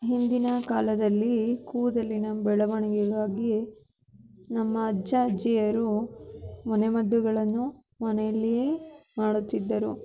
ಹಿಂದಿನ ಕಾಲದಲ್ಲಿ ಕೂದಲಿನ ಬೆಳವಣಿಗೆಗಾಗಿ ನಮ್ಮ ಅಜ್ಜ ಅಜ್ಜಿಯರು ಮನೆಮದ್ದುಗಳನ್ನು ಮನೆಯಲ್ಲಿಯೇ ಮಾಡುತ್ತಿದ್ದರು